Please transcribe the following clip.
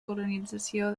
colonització